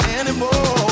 anymore